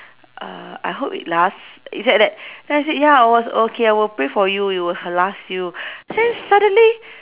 uh I hope it last he said that then I say ya I was okay I will pray for you you will h~ last you then suddenly